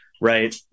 right